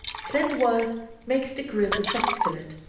klindworth makes the group a sextolet.